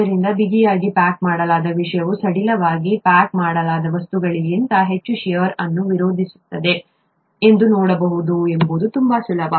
ಆದ್ದರಿಂದ ಬಿಗಿಯಾಗಿ ಪ್ಯಾಕ್ ಮಾಡಲಾದ ವಿಷಯವು ಸಡಿಲವಾಗಿ ಪ್ಯಾಕ್ ಮಾಡಲಾದ ವಸ್ತುಗಳಿಗಿಂತ ಹೆಚ್ಚು ಷೇರ್ ಅನ್ನು ವಿರೋಧಿಸುತ್ತದೆ ಎಂದು ನೋಡುವುದು ತುಂಬಾ ಸುಲಭ